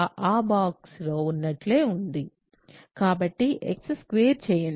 కాబట్టి x square చేయండి